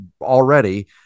already